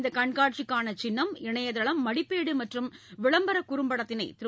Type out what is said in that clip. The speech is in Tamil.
இந்த கண்காட்சிக்கான சின்னம் இணையதளம் மடிப்பேடு மற்றம் விளம்பர குறம்படத்தினை திரு